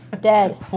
dead